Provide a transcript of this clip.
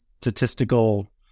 statistical